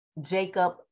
Jacob